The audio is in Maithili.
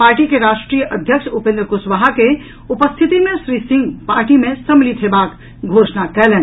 पार्टी के राष्ट्रीय अध्यक्ष उपेन्द्र कुशवाहा के उपस्थिति मे श्री सिंह पार्टी मे सम्मिलित हेबाक घोषणा कयलनि